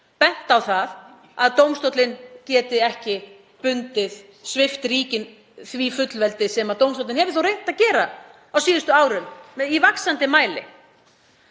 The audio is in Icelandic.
bent á það að dómstóllinn geti ekki svipt ríkin því fullveldi sem dómstóllinn hefur þó reynt að gera á síðustu árum í vaxandi mæli.